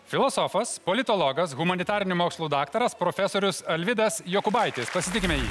filosofas politologas humanitarinių mokslų daktaras profesorius alvydas jokubaitis pasitikime jį